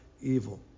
evil